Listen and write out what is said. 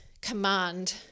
command